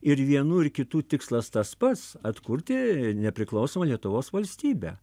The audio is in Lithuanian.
ir vienų ir kitų tikslas tas pats atkurti nepriklausomą lietuvos valstybę